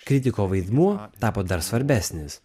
kritiko vaidmuo tapo dar svarbesnis